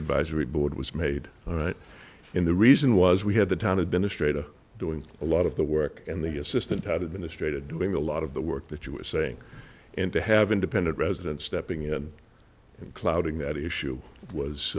advisory board was made all right in the reason was we had the town administrator doing a lot of the work and the assistant had administrator doing a lot of the work that you were saying and to have independent residents stepping in and clouding that issue was